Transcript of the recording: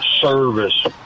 service